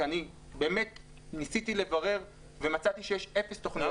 כי אני באמת ניסיתי לברר ומצאתי שיש אפס תוכניות סיוע.